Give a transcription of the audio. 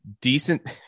decent